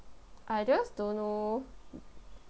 I just don't know